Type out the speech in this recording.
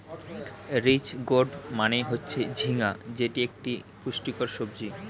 ridge gourd মানে হচ্ছে ঝিঙ্গা যেটি এক পুষ্টিকর সবজি